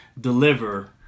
deliver